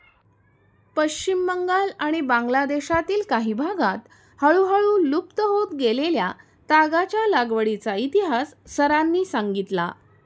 पश्चिम बंगाल आणि बांगलादेशातील काही भागांत हळूहळू लुप्त होत गेलेल्या तागाच्या लागवडीचा इतिहास सरांनी सांगितला